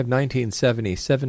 1977